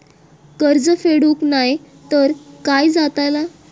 कर्ज फेडूक नाय तर काय जाताला?